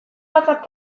whatsapp